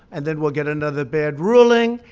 and then we'll get another bad ruling,